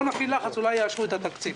בואו נפעיל לחץ, אולי יאשרו את התקציב.